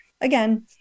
again